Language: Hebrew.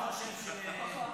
חושב --- זה לא בנושא של --- למה,